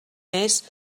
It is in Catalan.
més